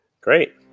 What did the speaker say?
Great